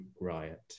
riot